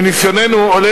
מניסיוננו עולה,